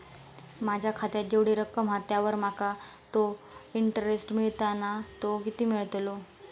माझ्या खात्यात जेवढी रक्कम हा त्यावर माका तो इंटरेस्ट मिळता ना तो किती मिळतलो?